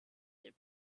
their